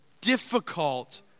difficult